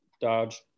Dodge